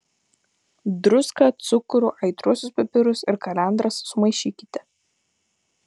druską cukrų aitriuosius pipirus ir kalendras sumaišykite